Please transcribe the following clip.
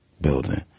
building